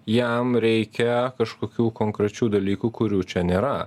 jam reikia kažkokių konkrečių dalykų kurių čia nėra